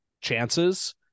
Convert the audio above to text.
chances